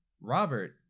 Robert